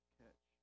catch